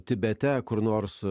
tibete kur nors